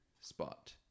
spot